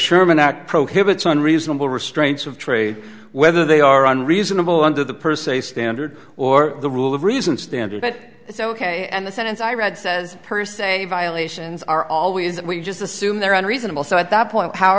sherman act prohibits unreasonable restraints of trade whether they are on reasonable under the per se standard or the rule of reason standard but it's ok and the sentence i read says per se violations are always that we just assume there are reasonable so at that point how